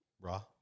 Raw